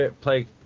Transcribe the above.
play